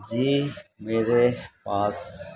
جی میرے پاس